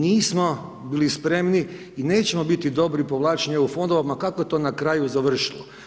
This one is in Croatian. Nismo bili spremni i nećemo biti dobri u povlačenju EU fondova ma kako to na kraju završilo.